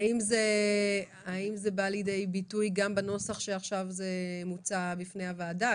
האם זה בא לידי ביטוי גם בנוסח שעכשיו נמצא בפני הוועדה?